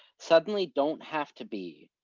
suddenly don't have to be,